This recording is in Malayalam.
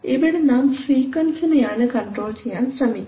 ഇവിടെ നാം സീക്വൻസ്സിനെയാണ് കൺട്രോൾ ചെയ്യാൻ ശ്രമിക്കുന്നത്